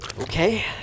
Okay